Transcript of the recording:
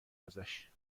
ازشاب